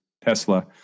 Tesla